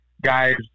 guys